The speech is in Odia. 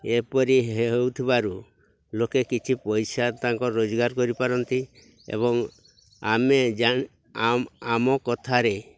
ଏପରି ହେଉଥିବାରୁ ଲୋକେ କିଛି ପଇସା ତାଙ୍କର ରୋଜଗାର କରିପାରନ୍ତି ଏବଂ ଆମେ ଆମ କଥାରେ